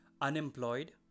unemployed